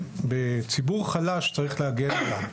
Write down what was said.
בציבור חלש צריך להגן עליו,